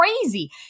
crazy